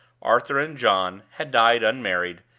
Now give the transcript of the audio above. arthur and john, had died unmarried,